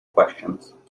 questions